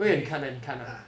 为 ah